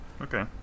okay